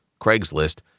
Craigslist